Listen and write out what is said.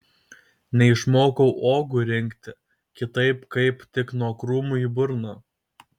neišmokau uogų rinkti kitaip kaip tik nuo krūmų į burną